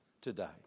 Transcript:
today